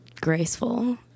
graceful